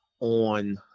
on